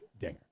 dinger